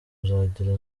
uzagera